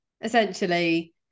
essentially